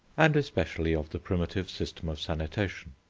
and especially of the primitive system of sanitation,